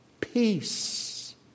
peace